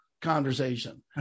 conversation